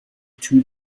two